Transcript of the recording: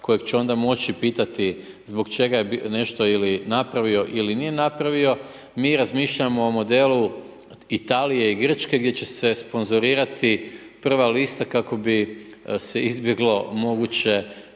koji će onda moći pitati zbog čega je nešto napravio ili nije napravio. Mi razmišljamo o modelu Italije i Grčke gdje će se sponzorirati prva lista kako bi se izbjeglo moguće